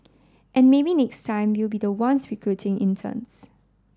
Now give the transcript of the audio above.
and maybe next time we'll be the ones recruiting interns